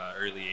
early